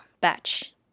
batch